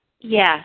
Yes